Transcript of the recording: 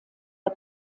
der